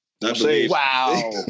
Wow